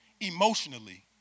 emotionally